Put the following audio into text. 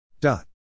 dot